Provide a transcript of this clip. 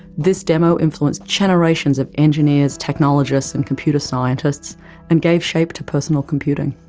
this demo influenced generations of engineers, technologists and computer scientists and gave shape to personal computing.